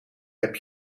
heb